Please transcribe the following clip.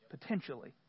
potentially